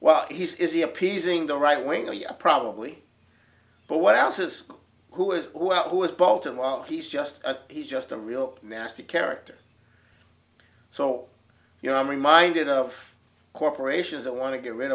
well he is the appeasing the right wing or you probably but what else is who is well who is baltimore and he's just he's just a real nasty character so you know i'm reminded of corporations that want to get rid